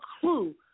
clue